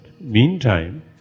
Meantime